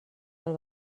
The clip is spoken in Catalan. del